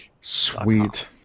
Sweet